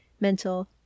mental